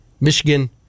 Michigan